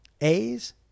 A's